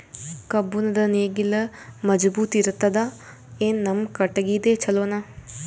ಕಬ್ಬುಣದ್ ನೇಗಿಲ್ ಮಜಬೂತ ಇರತದಾ, ಏನ ನಮ್ಮ ಕಟಗಿದೇ ಚಲೋನಾ?